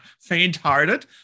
faint-hearted